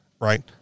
right